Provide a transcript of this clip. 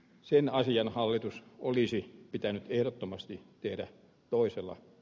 sen ajan hallitus olisi pitänyt ehdottomasti tehdä toisella